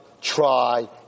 try